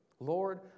Lord